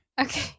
Okay